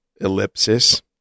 ellipsis